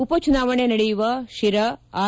ಉಪ ಚುನಾವಣೆ ನಡೆಯುವ ಶಿರಾ ಆರ್